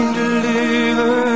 deliver